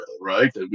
right